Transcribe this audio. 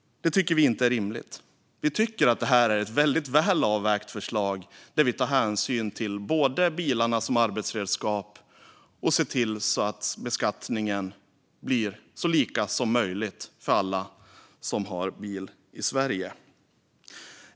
Det tycker inte vi är rimligt. Vi tycker att det här är ett väldigt väl avvägt förslag, där vi både tar hänsyn till bilarna som arbetsredskap och ser till att beskattningen blir så lika som möjligt för alla som har bil i Sverige.